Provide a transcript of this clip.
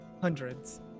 hundreds